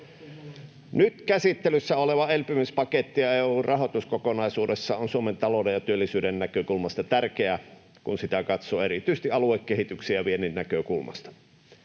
Nyt käsittelyssä oleva elpymispaketti EU:n rahoituskokonaisuudessa on Suomen talouden ja työllisyyden näkökulmasta tärkeä, kun sitä katsoo erityisesti aluekehityksen ja viennin näkökulmasta.